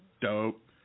dope